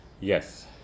Yes